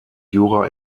jura